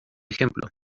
ejemplo